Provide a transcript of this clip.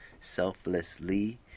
selflessly